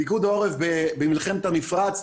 פיקוד העורף במלחמת המפרץ,